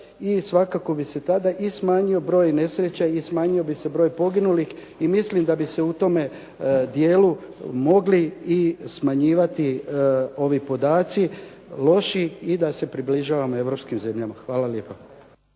i svakako bi se tada i smanjio broj nesreća i smanjio bi se broj poginuli. I mislim da bi se u tom dijelu mogli smanjivati ovi podaci loši i da se približavamo europskim zemljama. Hvala lijepa.